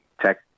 tech